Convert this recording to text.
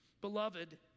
Beloved